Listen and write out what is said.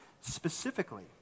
Specifically